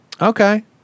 Okay